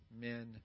men